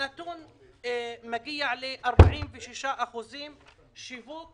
הנתון מגיע ל-46% שיווק